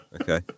Okay